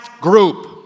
group